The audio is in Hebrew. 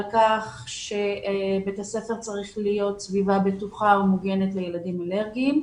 כך שבית הספר צריך להיות סביבה בטוחה ומוגנת לילדים אלרגיים.